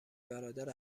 برادر